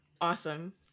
Awesome